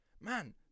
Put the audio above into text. Man